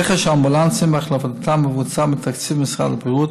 רכש האמבולנסים והחלפתם מבוצעים מתקציב משרד הבריאות,